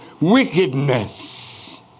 wickedness